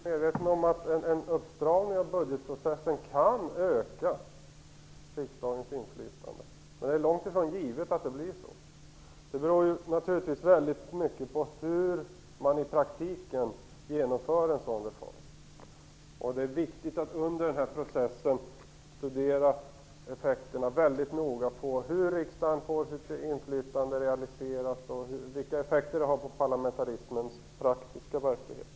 Herr talman! Jag är medveten om att en uppstramning av budgetprocessen kan öka riksdagens inflytande. Men det är långt ifrån givet att det blir så. Det beror naturligtvis väldigt mycket på hur man i praktiken genomför en sådan reform. Det är viktigt att man under processen väldigt noga studerar hur riksdagen får sitt inflytande realiserat och vilka effekter den har på parlamentarismens praktiska verklighet.